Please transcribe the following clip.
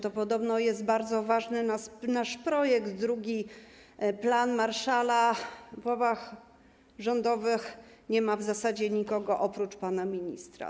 To podobno jest bardzo ważny nasz projekt, drugi plan Marshalla, a w ławach rządowych nie ma w zasadzie nikogo oprócz pana ministra.